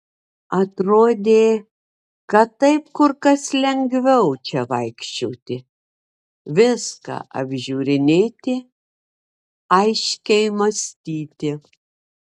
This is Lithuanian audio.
atrodė kad taip kur kas lengviau čia vaikščioti viską apžiūrinėti aiškiai mąstyti